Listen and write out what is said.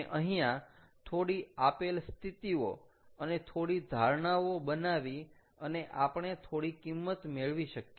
અને અહીંયા થોડી આપેલ સ્થિતિઓ અને થોડી ધારણાઓ બનાવી અને આપણે થોડી કિંમત મેળવી શક્યા